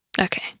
Okay